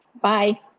Bye